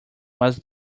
was